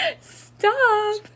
Stop